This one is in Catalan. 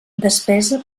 despesa